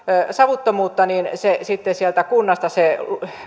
savuttomuutta niin sieltä kunnasta se